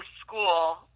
school